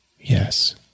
yes